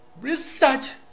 Research